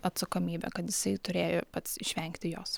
atsakomybė kad jisai turėjo pats išvengti jos